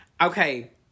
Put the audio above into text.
okay